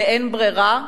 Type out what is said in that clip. שאין ברירה?